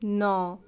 नौ